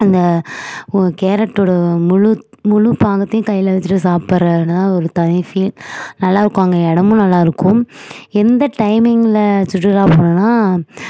அந்த கேரட்டோடய முழு முழு பாகத்தையும் கையில் வச்சுட்டு சாப்பிடுற ஒரு தனி ஃபீல் நல்லா இருக்கும் அங்கே இடமும் நல்லா இருக்கும் எந்த டைமிங்கில் சுற்றுலா போணும்னால்